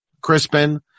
Crispin